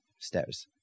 stairs